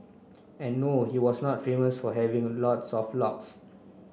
and no he was not famous for having a lots of locks